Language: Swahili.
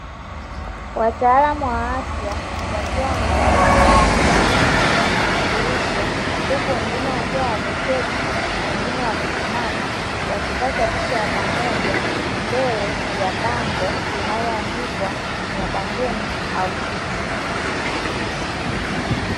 Wataalamu wa afya wakiwa wamevalia sare zao, na vitambulisho huku wengine wakiwa wameketi na wengine wamesimama, wakipata picha ya pamoja mbele ya bango linaloandikwa "NYABANGENI OUTREACH".